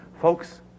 Folks